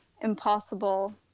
impossible